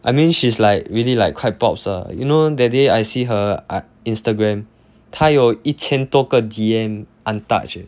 I mean she's like really like quite popz ah you know that day I see her err instagram 她有一千多个 D_M untouched eh